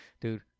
dude